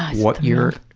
what your